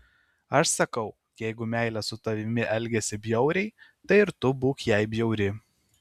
aš sakau jeigu meilė su tavimi elgiasi bjauriai tai ir tu būk jai bjauri